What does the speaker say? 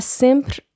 sempre